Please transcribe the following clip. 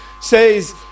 says